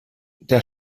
der